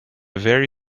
very